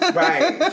right